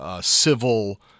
civil –